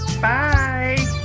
Bye